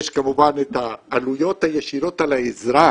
יש כמובן את העלויות הישירות על האזרח.